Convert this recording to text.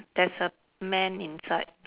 there's a man inside